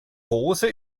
rose